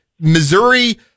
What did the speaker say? Missouri